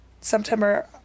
September